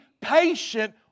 patient